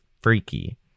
freaky